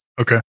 Okay